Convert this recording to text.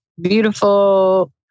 beautiful